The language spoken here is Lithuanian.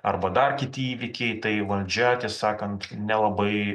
arba dar kiti įvykiai tai valdžia tiesą sakant nelabai